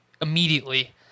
immediately